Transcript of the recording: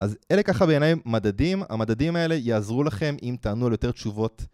אז אלה ככה בעיני המדדים, המדדים האלה יעזרו לכם אם תענו על יותר תשובות